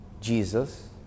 Jesus